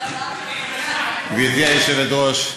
גברתי היושבת-ראש,